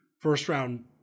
first-round